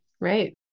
right